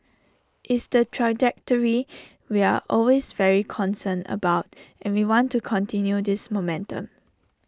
it's the trajectory we're always very concerned about and we want to continue this momentum